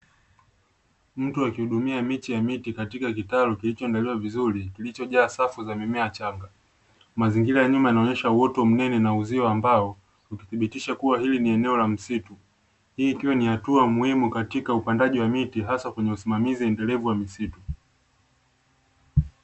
Mtu akihudumia miche ya miti katika kitalu kilichoandaliwa vizuri, kilichojaa safu za mimea michanga. Mazingira ya nyuma yanaonyesha uoto mnene una uzio wa mbao, ukithibitisha kuwa hili ni eneo la msitu. Hii ikiwa ni hatua muhimu katika upandaji wa miti hasa kwenye usimamizi endelevu wa misitu.